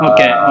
Okay